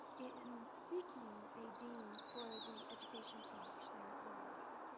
in seeking a dean for the education college there at the university.